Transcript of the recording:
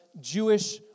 Jewish